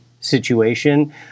situation